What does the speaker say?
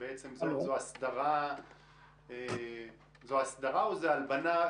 זו הסדרה או זו הלבנה?